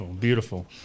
beautiful